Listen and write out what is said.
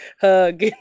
hug